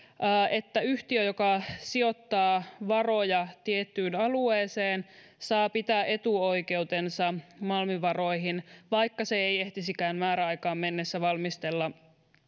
että yhtiö joka sijoittaa varoja tiettyyn alueeseen saa pitää etuoikeutensa malmivaroihin vaikka se ei ehtisikään määräaikaan mennessä valmistella